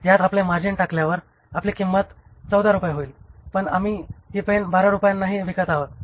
यात आपले मार्जिन टाकल्यावर आमची किंमत 14 रुपये होईल पण आम्ही ही पेन 12 रुपयांनाही विकत आहोत